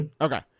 Okay